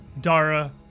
Dara